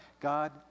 God